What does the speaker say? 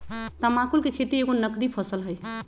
तमाकुल कें खेति एगो नगदी फसल हइ